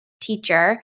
teacher